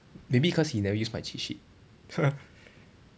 maybe cause he never use my cheat sheet